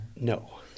No